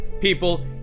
people